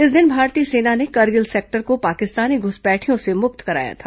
इस दिन भारतीय सेना ने करगिल सेक्टर को पाकिस्तानी घुसपैठियों से मुक्त कराया था